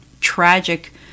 tragic